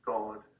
God